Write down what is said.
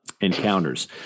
encounters